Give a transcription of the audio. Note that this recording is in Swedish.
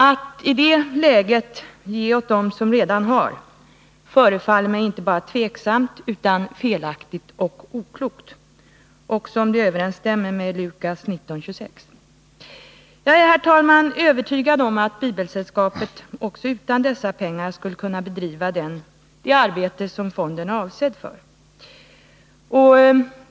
Att i det läget ge åt dem som redan har förefaller mig inte bara tvivelaktigt utan också felaktigt och oklokt, även om det överensstämmer med Lukas 19:26. Jag är, herr talman, övertygad om att Bibelsällskapet också utan dessa pengar skulle kunna bedriva det arbete som fonden är avsedd för.